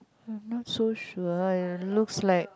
I am not so sure looks like